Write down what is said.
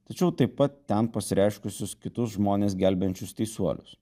tačiau taip pat ten pasireiškusius kitus žmones gelbėjančius teisuolius